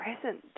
present